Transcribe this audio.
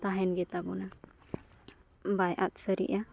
ᱛᱟᱦᱮᱱ ᱜᱮ ᱛᱟᱵᱚᱱᱟ ᱵᱟᱭ ᱟᱫ ᱥᱟᱹᱨᱤᱜᱼᱟ